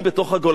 זה אומר יחזקאל.